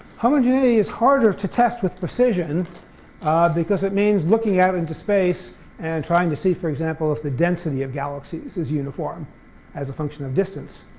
homogeneity is harder to test with precision because it means looking out into space and trying to see, for example, if the density of galaxies is uniform as a function of distance.